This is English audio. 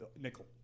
nickel